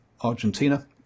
Argentina